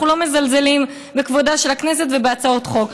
אנחנו לא מזלזלים בכבודה של הכנסת ובהצעות חוק.